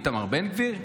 איתמר בן גביר?